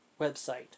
website